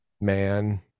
Man